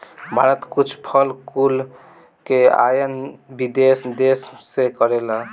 भारत कुछ फल कुल के आयत विदेशी देस से करेला